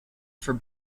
for